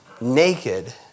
naked